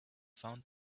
found